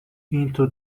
into